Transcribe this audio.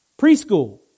preschool